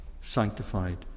sanctified